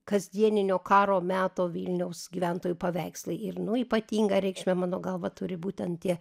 kasdieninio karo meto vilniaus gyventojų paveikslai ir nu ypatingą reikšmę mano galva turi būtent tie